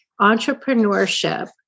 entrepreneurship